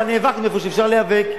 אבל נאבק איפה שאפשר להיאבק.